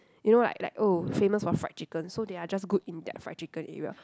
you know like like oh famous for fried chicken so they are just good in that fried chicken area